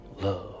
Love